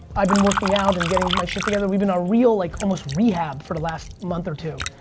i've been working out and getting my shit together, we've been a real, like almost rehab, for the last month or two.